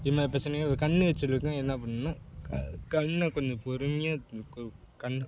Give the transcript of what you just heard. இது மாதிரி பிரச்சனைகள் கண் எரிச்சல் இருக்குனால் என்ன பண்ணுன்னால் கண்ணை கொஞ்சம் பொறுமையாக கு கண்ணை